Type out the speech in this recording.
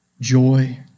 joy